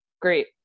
Great